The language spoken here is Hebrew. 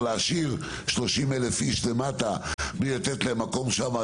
להשאיר 30,000 אנשים למטה בלי לתת להם מקום סביר.